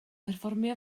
perfformio